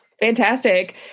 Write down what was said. Fantastic